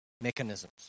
mechanisms